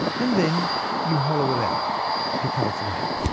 and then you hollow it out to cut its weight.